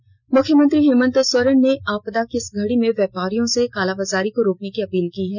संक्षिप्त खबरें मुख्यमंत्री हेमंत सोरेने ने आपदा की इस घड़ी में व्यापारियों से कालाबाजारी को रोकने की अपील की है